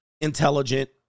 intelligent